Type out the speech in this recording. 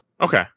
Okay